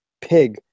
pig